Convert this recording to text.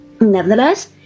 Nevertheless